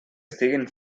estiguin